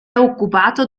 occupato